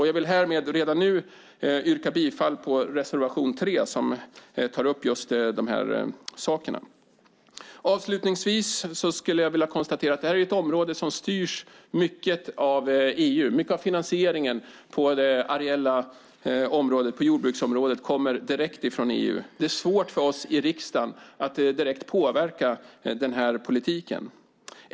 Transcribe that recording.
Jag vill här yrka bifall på reservation 3 som tar upp just dessa saker. Det här är ett område som styrs mycket av EU. Mycket av finansieringen på det areella området, på jordbruksområdet, kommer direkt från EU. Det är svårt för oss i riksdagen att direkt påverka denna politik.